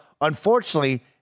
Unfortunately